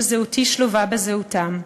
שזהותי שלובה בזהותם.